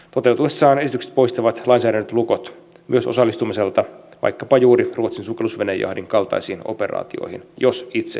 toteutuessaan esitykset poistavat lainsäädännölliset lukot myös osallistumiselta vaikkapa juuri ruotsin sukellusvenejahdin kaltaisiin operaatioihin jos itse niin haluamme